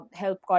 help